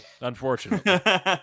Unfortunately